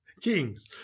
kings